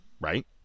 right